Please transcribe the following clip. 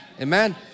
Amen